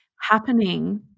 happening